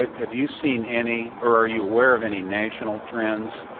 ah have you seen any or are you aware of any national trends